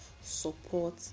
support